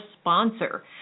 sponsor